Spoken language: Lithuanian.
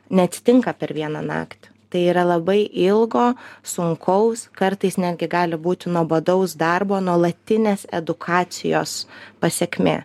neatsitinka per vieną naktį tai yra labai ilgo sunkaus kartais netgi gali būti nuobodaus darbo nuolatinės edukacijos pasekmė